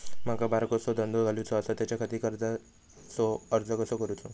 माका बारकोसो धंदो घालुचो आसा त्याच्याखाती कर्जाचो अर्ज कसो करूचो?